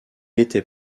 était